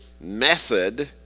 method